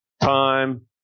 time